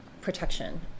protection